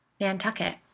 Nantucket